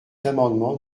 amendement